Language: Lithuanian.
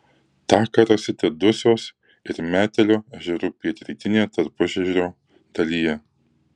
taką rasite dusios ir metelio ežerų pietrytinėje tarpuežerio dalyje